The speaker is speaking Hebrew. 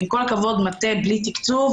עם כל הכבוד, מטה בגלל תקצוב